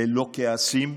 ללא כעסים,